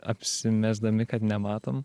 apsimesdami kad nematom